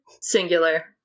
Singular